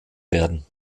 werden